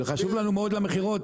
זה חשוב לנו מאוד למכירות.